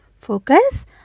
Focus